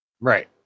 Right